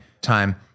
time